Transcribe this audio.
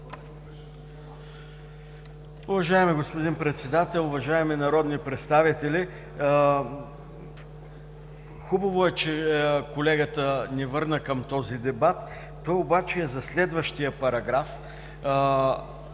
Уважаеми господин Председател, уважаеми народни представители! Хубаво е, че колегата ни върна към този дебат. Той обаче е за следващия параграф.